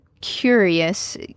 curious